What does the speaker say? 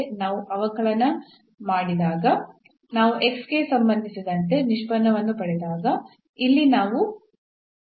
ನಾವು ಅವಕಲನ ಮಾಡಿದಾಗ ನಾವು ಗೆ ಸಂಬಂಧಿಸಿದಂತೆ ನಿಷ್ಪನ್ನವನ್ನು ಪಡೆದಾಗ ಇಲ್ಲಿ ನಾವು ಅನ್ನು ಪಡೆಯುತ್ತೇವೆ